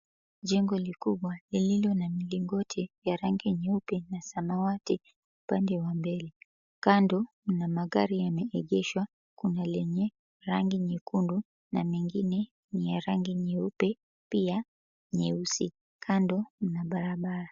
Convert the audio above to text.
Jengo likubwa lililo na milingoti ya rangi nyeupe na samawati upande wa mbele, kando mna magari yameegeshwa, kuna lenye rangi nyekundu na mengine ya rangi nyeupe pia nyeusi, kando mna barabara.